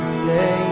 say